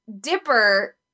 Dipper